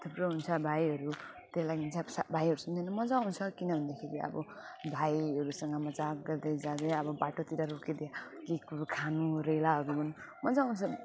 थुप्रो हुन्छ भाइहरू त्यही लागि चाहिँ अब भाइहरूसँग पनि मजा आउँछ किन भन्दाखेरि अब भाइहरूसँग मजाक गर्दै जाँदै अब बाटोतिर रोकिँदै अब केकहरू खानु रेलाहरू गर्नु मजा आउँछ